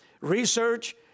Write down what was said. research